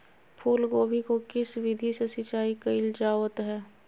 फूलगोभी को किस विधि से सिंचाई कईल जावत हैं?